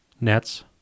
nets